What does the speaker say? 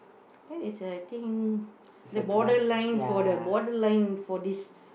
that is I think the borderline for the borderline for this